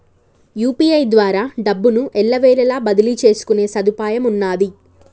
UPI ద్వారా డబ్బును ఎల్లవేళలా బదిలీ చేసుకునే సదుపాయమున్నాది